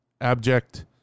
abject